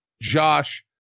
Josh